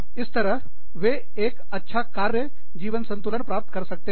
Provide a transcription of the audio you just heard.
इस तरह वे एक अच्छा कार्य जीवन संतुलन प्राप्त कर सकते हैं